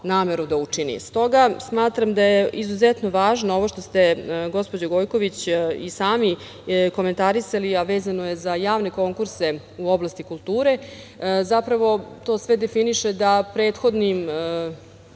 nameru da čini.S toga, smatram da je izuzetno važno ovo što ste gospođo Gojković i sami komentarisali, a vezano je za javne konkurse u oblasti kulture. To sve definiše da prethodnim